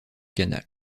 canal